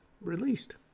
released